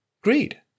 greed